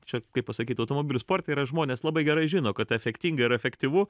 čia kaip pasakyt automobilių sporte yra žmonės labai gerai žino kad efektinga ir efektyvu